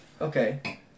Okay